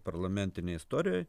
parlamentinėj istorijoj